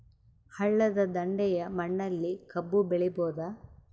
ಹಳ್ಳದ ದಂಡೆಯ ಮಣ್ಣಲ್ಲಿ ಕಬ್ಬು ಬೆಳಿಬೋದ?